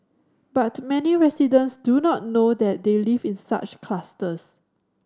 but many residents do not know that they live in such clusters